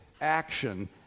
action